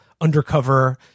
undercover